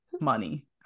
money